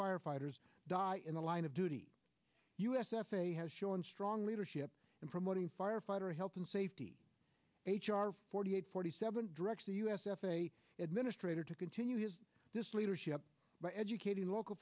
firefighters die in the line of duty u s f a a has shown strong leadership in promoting firefighter health and safety h r forty eight forty seven directs the u s f a a administrator to continue his this leadership by educating local